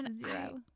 Zero